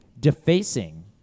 Defacing